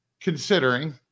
considering